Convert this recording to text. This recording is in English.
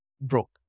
broke